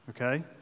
okay